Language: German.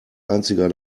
einziger